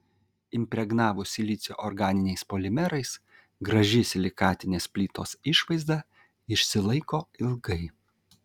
impregnavus silicio organiniais polimerais graži silikatinės plytos išvaizda išsilaiko ilgai